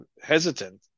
hesitant